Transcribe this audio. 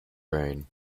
reign